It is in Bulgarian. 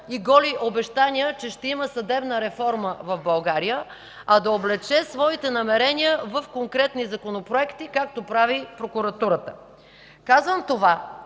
и голи обещания, че ще има съдебна реформа в България, а да облече своите намерения в конкретни законопроекти, както прави прокуратурата. Казвам това,